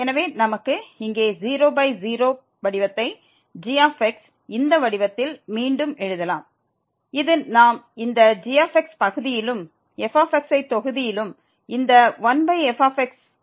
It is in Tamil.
எனவே நமக்கு இங்கே 00 படிவத்தை g வடிவத்தில் மீண்டும் எழுதலாம் இது நாம் இந்த g பகுதியிலும் f ஐ தொகுதியிலும் இதை 1f ஆக எடுத்துக்கொள்கிறோம்